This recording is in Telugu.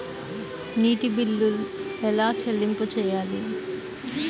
నీటి బిల్లు ఎలా చెల్లింపు చేయాలి?